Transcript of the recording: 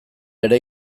ere